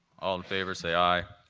um favor say aye.